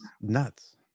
nuts